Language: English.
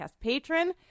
patron